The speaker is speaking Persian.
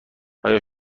آیا